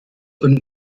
und